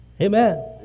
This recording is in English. Amen